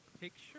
picture